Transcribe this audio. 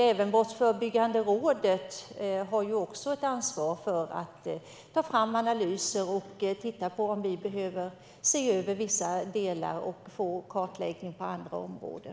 Även Brottsförebyggande rådet har ett ansvar. De ska ta fram analyser och titta på om vi behöver se över vissa delar och få kartläggning på andra områden.